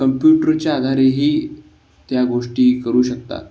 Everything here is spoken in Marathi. कम्प्युटरच्या आधारेही त्या गोष्टी करू शकता